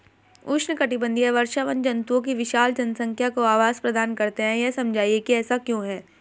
उष्णकटिबंधीय वर्षावन जंतुओं की विशाल जनसंख्या को आवास प्रदान करते हैं यह समझाइए कि ऐसा क्यों है?